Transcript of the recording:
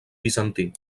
bizantí